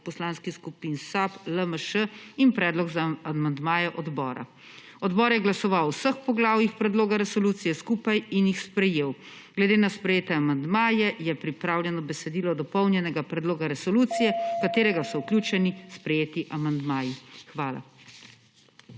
Poslanskih skupin SAB, LMŠ in predlog za amandmaje odbora. Odbor je glasoval o vseh poglavjih predloga resolucije skupaj in jih sprejel. Glede na sprejete amandmaje, je pripravljeno besedo dopolnjenega predloga resolucije, / znak za konec razprave/ v katerega so vključeni sprejeti amandmaji. Hvala.